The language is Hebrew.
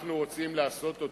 אנחנו רוצים לעשות אותה,